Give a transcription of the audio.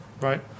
right